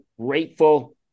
grateful